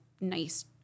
nice